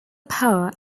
power